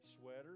sweater